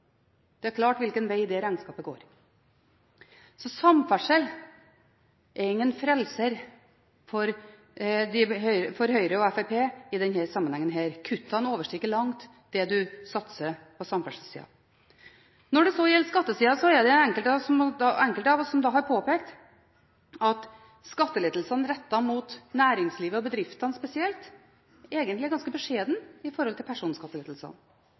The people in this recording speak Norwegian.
Det er klart hvilken veg det regnskapet går. Samferdsel er ingen frelser for Høyre og Fremskrittspartiet i denne sammenhengen. Kuttene overstiger langt det man satser på samferdsel. Når det så gjelder skattesiden, er det enkelte av oss som har påpekt at skattelettelsene rettet mot næringslivet, og bedriftene spesielt, egentlig er ganske beskjedne i forhold til